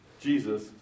Jesus